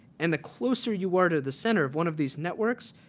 and the closer you are to the center of one of these networks,